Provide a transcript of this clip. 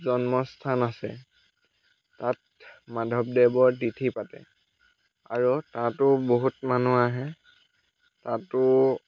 জন্মস্থান আছে তাত মাধৱদেৱৰ তিথি পাতে আৰু তাতো বহুত মানুহ আহে তাতো